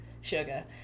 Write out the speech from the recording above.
sugar